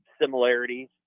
similarities